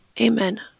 Amen